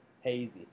hazy